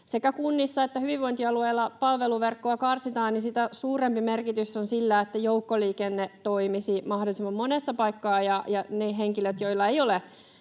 sekä kunnissa että hyvinvointialueilla palveluverkkoa karsitaan, niin sitä suurempi merkitys on sillä, että joukkoliikenne toimisi mahdollisimman monessa paikkaa, jolloin niiden henkilöiden, joilla ei ole